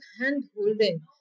hand-holding